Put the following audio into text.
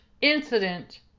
incident